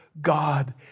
God